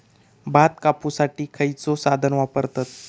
भात कापुसाठी खैयचो साधन वापरतत?